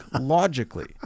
logically